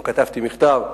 גם כתבתי מכתב,